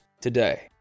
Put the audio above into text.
today